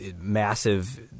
massive